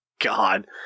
God